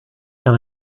can